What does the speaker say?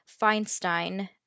Feinstein